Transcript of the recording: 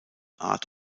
art